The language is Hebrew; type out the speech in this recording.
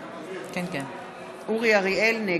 אין.